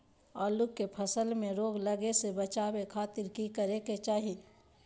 आलू के फसल में रोग लगे से बचावे खातिर की करे के चाही?